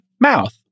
mouth